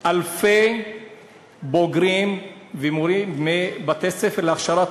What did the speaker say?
אלפי בוגרים ומורים מבתי-ספר להכשרת